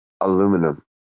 Aluminum